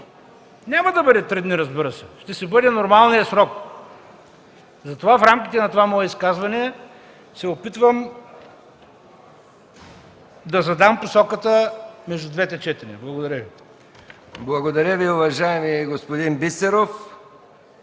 Няма да бъде три дни, разбира се, ще си бъде нормалният срок. Затова в рамките на това мое изказване се опитвам да задам посоката между двете четения. Благодаря Ви. ПРЕДСЕДАТЕЛ МИХАИЛ МИКОВ: Благодаря Ви, уважаеми господин Бисеров.